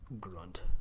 Grunt